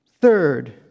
Third